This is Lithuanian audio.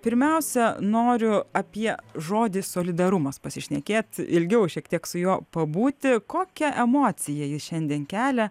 pirmiausia noriu apie žodį solidarumas pasišnekėt ilgiau šiek tiek su juo pabūti kokią emociją jis šiandien kelia